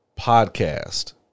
Podcast